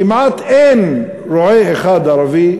כמעט אין רועה אחד ערבי,